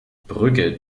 brügge